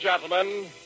Gentlemen